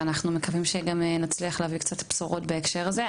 אנחנו גם מקווים שנצליח גם להביא קצת בשורות בהקשר הזה.